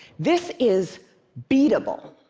this is beatable.